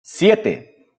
siete